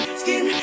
skin